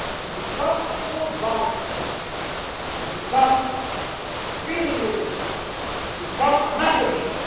to become a full ball chava to become really religious to become maccabee